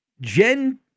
Gen